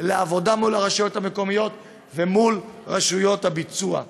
לעבודה מול הרשויות המקומיות ומול רשויות הביצוע.